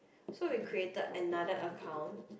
so we created another account